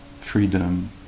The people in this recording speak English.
freedom